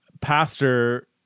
pastor